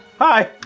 hi